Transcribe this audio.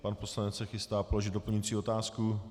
Pan poslanec se chystá položit doplňující otázku.